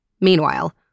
Meanwhile